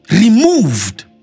removed